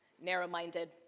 narrow-minded